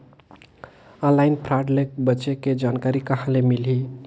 Online fraud ले बचे के जानकारी कहां ले मिलही?